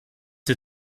wir